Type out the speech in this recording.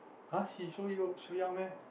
!huh! she so you so young meh